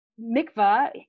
Mikvah